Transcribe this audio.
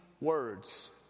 words